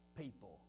people